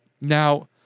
Now